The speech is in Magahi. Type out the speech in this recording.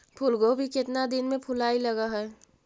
फुलगोभी केतना दिन में फुलाइ लग है?